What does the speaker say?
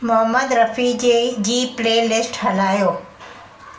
मोहम्मद रफ़ी जे जी playlist हलायो